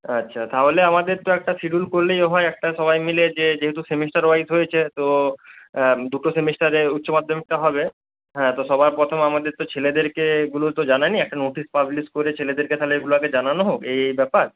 আচ্ছা তাহলে আমাদের তো একটা সিডিউল করলেই হয় একটা সবাই মিলে যে যেহেতু সেমিস্টার ওয়াইস হয়েছে তো দুটো সেমিস্টারে উচ্চ মাধ্যমিকটা হবে হ্যাঁ তো সবার প্রথমে আমাদের তো ছেলেদেরকে এইগুলো তো জানায়নি একটা নোটিস পাবলিশ করে ছেলেদেরকে তাহলে এইগুলো আগে জানানো হোক এই এই ব্যাপার